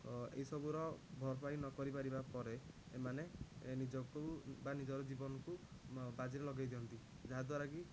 ଏହି ସବୁର ଭାରପାୟୀ ନକରିବା ପରେ ଏମାନେ ନିଜକୁ ବା ନିଜର ଜୀବନକୁ ବାଜିରେ ଲଗେଇଦିଅନ୍ତି ଯାହାଦ୍ୱାରାକି